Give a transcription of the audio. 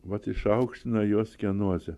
vat išaukština jos kenozė